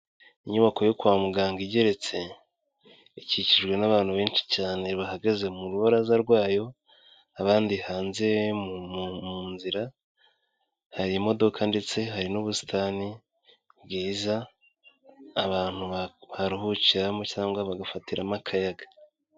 Inyubako yo kwa muganga igeretse, ikikijwe n'abantu benshi cyane bahagaze mu rubaraza rwayo, abandi hanze mu nzira, hari imodoka ndetse hari n'ubusitani bwiza abantu baruhukiramo cyangwa bagafatiramo akayaga.